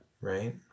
right